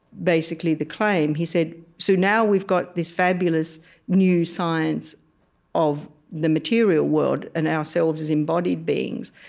basically, the claim he said, so now we've got this fabulous new science of the material world and ourselves as embodied beings.